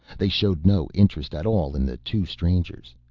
they showed no interest at all in the two strangers.